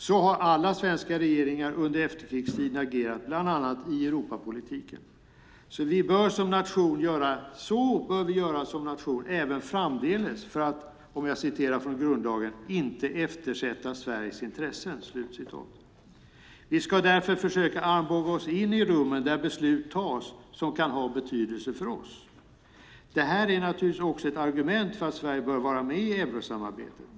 Så har alla svenska regeringar under efterkrigstiden agerat bland annat i Europapolitiken. Så bör vi göra som nation även framdeles för att inte eftersätta Sveriges intressen, som det står i grundlagen. Vi ska därför försöka armbåga oss in i rummen där beslut som kan ha betydelse för oss fattas. Detta är också ett argument för att Sverige bör vara med i eurosamarbetet.